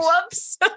whoops